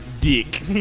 Dick